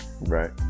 Right